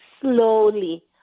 slowly